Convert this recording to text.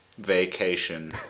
vacation